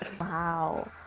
Wow